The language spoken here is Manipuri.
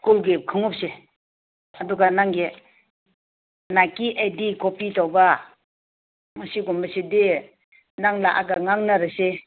ꯁ꯭ꯀꯨꯜꯒꯤ ꯈꯣꯡꯎꯞꯁꯦ ꯑꯗꯨꯒ ꯅꯪꯒꯤ ꯅꯥꯏꯛꯀꯤ ꯑꯦꯗꯤ ꯀꯣꯄꯤ ꯇꯧꯕ ꯃꯁꯤꯒꯨꯝꯕꯁꯤꯗꯤ ꯅꯪ ꯂꯥꯛꯑꯒ ꯉꯥꯡꯅꯔꯁꯤ